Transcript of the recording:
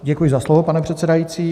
Děkuji za slovo, pane předsedající.